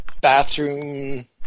bathroom